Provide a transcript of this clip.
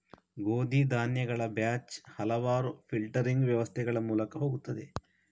ಗೋಧಿ ಧಾನ್ಯಗಳ ಬ್ಯಾಚ್ ಹಲವಾರು ಫಿಲ್ಟರಿಂಗ್ ವ್ಯವಸ್ಥೆಗಳ ಮೂಲಕ ಹೋಗುತ್ತದೆ